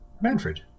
Manfred